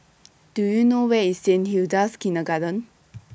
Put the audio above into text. Do YOU know Where IS Saint Hilda's Kindergarten